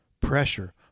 Pressure